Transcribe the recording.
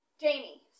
Jamie